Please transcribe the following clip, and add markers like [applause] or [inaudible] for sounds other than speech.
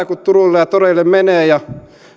[unintelligible] kun nyt turuille ja toreille menee ja